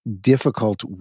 difficult